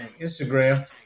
Instagram